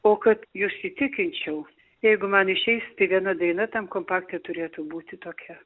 o kad jus įtikinčiau jeigu man išeis tai viena daina tam kompakte turėtų būti tokia